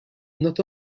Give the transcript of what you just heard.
not